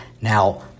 Now